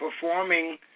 performing